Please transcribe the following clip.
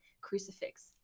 crucifix